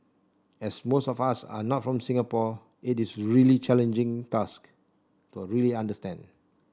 as most of us are not from Singapore it is a really challenging task to really understand